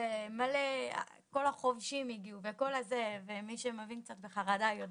כל החובשים הגיעו ומי שמבין קצת בחרדה יודע